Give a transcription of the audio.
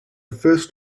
first